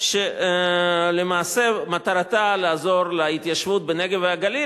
שלמעשה מטרתה לעזור להתיישבות בנגב והגליל.